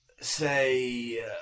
say